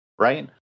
Right